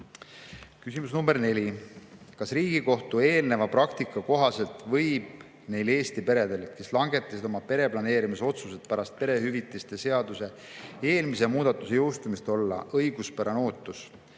nr 4: "Kas Riigikohtu eelneva praktika kohaselt võib neil Eesti peredel, kes langetasid oma pereplaneerimisotsused pärast perehüvitiste seaduse eelmise muudatuse jõustumist, olla õiguspärane ootus